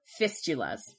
fistulas